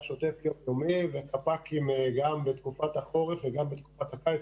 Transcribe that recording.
שיח שוטף --- וחפ"קים גם בתקופת החורף וגם בתקופת הקיץ,